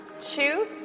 two